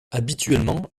habituellement